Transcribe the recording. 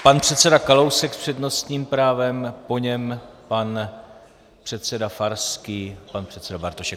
Pan předseda Kalousek s přednostním právem, po něm pan předseda Farský, pan předseda Bartošek.